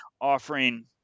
offering